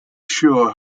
sure